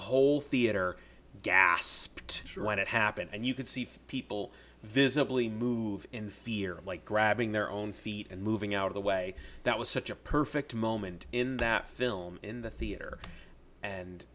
whole theater gasped when it happened and you could see people visibly move in fear like grabbing their own feet and moving out of the way that was such a perfect moment in that film in the theater and